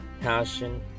passion